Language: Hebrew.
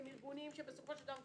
גם שאלתי את זה בדבריי הראשונים גם